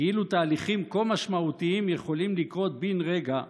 כאילו תהליכים כה משמעותיים יכולים לקרות בן רגע,